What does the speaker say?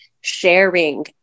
sharing